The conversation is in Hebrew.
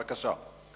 בבקשה.